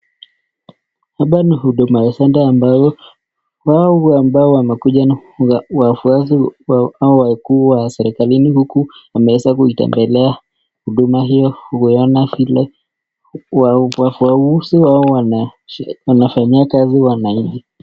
Hapa ni Huduma Center ambao wao ukuja na wafuasi Hawa kuu wa serikaliini huku wameweza kutembelea Huduma hiyo ukiona vile wauguzi Hawa Wana wanafanyiwa kazi wananchi.